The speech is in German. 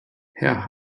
herr